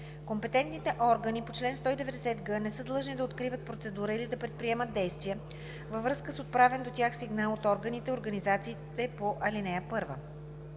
Компетентните органи по чл.190г не са длъжни да откриват процедура или да предприемат действия във връзка с отправен до тях сигнал от органите и организациите по ал. 1.